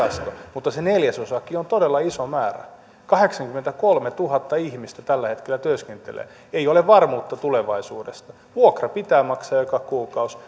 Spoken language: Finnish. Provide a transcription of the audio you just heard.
tilasto se neljäsosakin on todella iso määrä kahdeksankymmentäkolmetuhatta ihmistä tällä hetkellä työskentelee näin ei ole varmuutta tulevaisuudesta vuokra pitää maksaa joka kuukausi